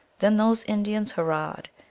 then those indians hur rahed.